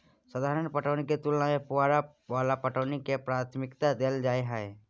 साधारण पटौनी के तुलना में फुहारा वाला पटौनी के प्राथमिकता दैल जाय हय